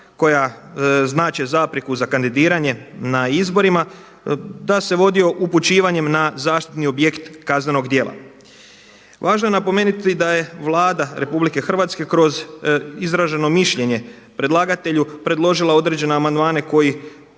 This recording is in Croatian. koja znače zapreku za kandidiranje na izborima da se vodi upućivanjem na zaštitni objekt kaznenog djela. Važno je napomenuti da je Vlada RH kroz izraženo mišljenje predlagatelju predložila određene amandmane koji